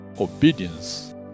obedience